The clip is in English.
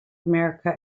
america